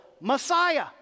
Messiah